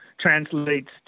translates